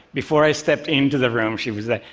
before i stepped into the room she would say,